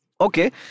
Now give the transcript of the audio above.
Okay